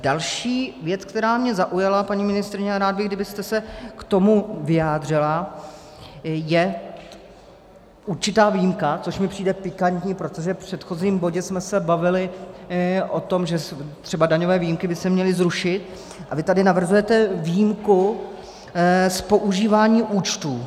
Další věc, která mě zaujala, paní ministryně, a rád bych, kdybyste se k tomu vyjádřila, je určitá výjimka, což mi přijde pikantní, protože v předchozím bodě jsme se bavili o tom, že třeba daňové výjimky by se měly zrušit, a vy tady navrhujete výjimku z používání účtů.